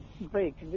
break